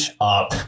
up